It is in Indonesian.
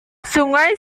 sungai